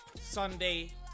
Sunday